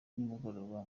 nimugoroba